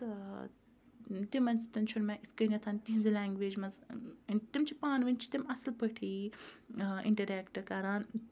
تہٕ تِمَن سۭتۍ چھُنہٕ مےٚ یِتھ کٔنٮ۪تھ تِہِنٛزِ لینٛگویجہِ منٛز تِم چھِ پانہٕ ؤنۍ چھِ تِم اَصٕل پٲٹھی اِنٹَریکٹ کَران